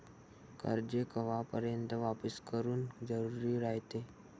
कर्ज कवापर्यंत वापिस करन जरुरी रायते?